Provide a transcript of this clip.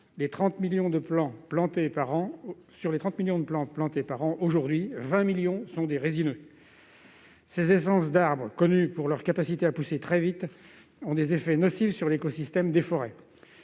sur les 30 millions de plants plantés par an aujourd'hui, 20 millions sont des résineux. Ces essences d'arbres connues pour leur capacité à pousser très vite ont des effets nocifs sur l'écosystème des forêts.